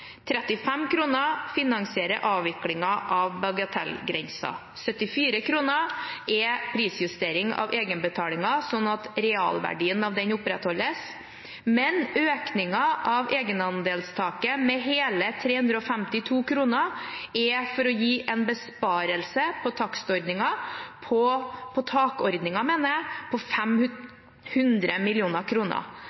74 kr er prisjustering av egenbetalingen, sånn at realverdien av den opprettholdes, men økningen av egenandelstaket med hele 352 kr er for å gi en besparelse på takordningen på